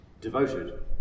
Devoted